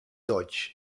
dodge